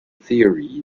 theory